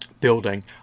building